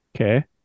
Okay